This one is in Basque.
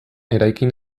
eraikin